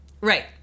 Right